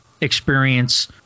experience